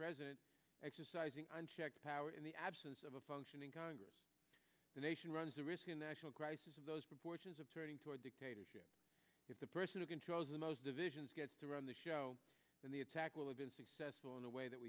president exercising unchecked power in the absence of a functioning congress the nation runs a risk in national crisis of those proportions of turning to a dictatorship if the person who controls the most divisions gets to run the show and the attack will have been successful in a way that